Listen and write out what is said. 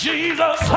Jesus